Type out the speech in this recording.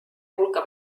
hulka